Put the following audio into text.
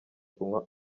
kunywa